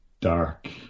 dark